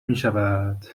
میشود